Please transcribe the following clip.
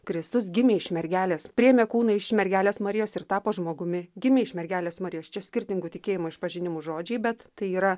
kristus gimė iš mergelės priėmė kūną iš mergelės marijos ir tapo žmogumi gimė iš mergelės marijos čia skirtingų tikėjimo išpažinimų žodžiai bet tai yra